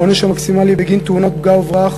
העונש המקסימלי בגין תאונות פגע-וברח